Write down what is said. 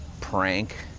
prank